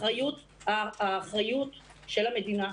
אחריות היא של המדינה,